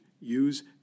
Use